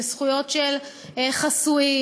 בזכויות של חסויים,